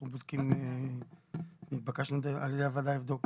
גם התבקשנו לבדוק